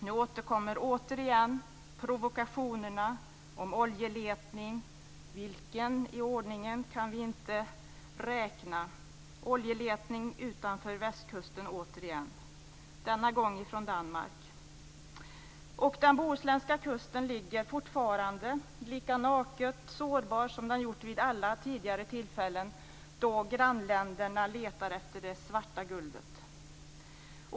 Nu återkommer provokationerna om oljeletning, för vilken gång i ordningen kan vi inte räkna, utanför västkusten - denna gång från Danmark. Den bohuslänska kusten ligger fortfarande lika naket sårbar som den gjort vid alla tidigare tillfällen då grannländerna letat efter det svarta guldet.